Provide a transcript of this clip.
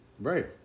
Right